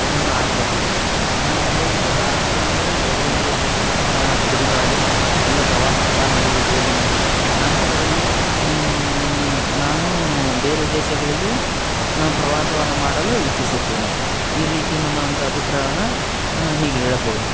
ಒಂದು ನನ್ನ ಆಸೆಯಾಗಿದೆ ನಾನು ಮೊದಲಿಗೆ ಭಾರತದಲ್ಲಿಯೇ ಎಲ್ಲ ಇರುವ ದೇಶಗಳನ್ನು ತಿರುಗಾಡಿ ಎಲ್ಲ ಪ್ರವಾಸಿ ಸ್ಥಾನಗಳಿಗೆ ಭೇಟಿ ನೀಡಿ ನಂತರದಲ್ಲಿ ನಾನು ಬೇರೆ ದೇಶಗಳಿಗೆ ಪ್ರವಾಸವನ್ನು ಮಾಡಲು ಇಚ್ಛಿಸುತ್ತೇನೆ ಈ ರೀತಿ ನನ್ನ ಒಂದು ಅಬಿಪ್ರಾಯವನ್ನು ಹೀಗೆ ಹೇಳಬಹುದು